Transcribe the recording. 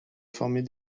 former